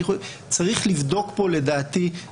ברמת הדיוק לדעתי צריך לבדוק את הקורפוס